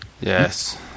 Yes